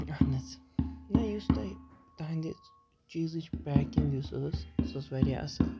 اہن حظ نہ یُس تۄہہِ تَہَنٛدِ چیٖزٕچ پیکِنٛگ یُس ٲس سۄ ٲس واریاہ اَصٕل